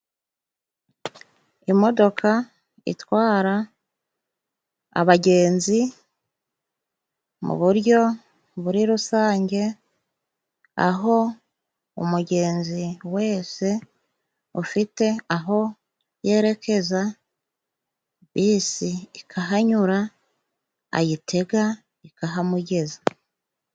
Imodoka itwara abagenzi mu buryo buri rusange, aho umugenzi wese ufite aho yerekeza bisi ikahanyura ayitega ikahamugeza.